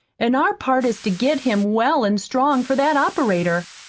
an' our part is to get him well an' strong for that operator.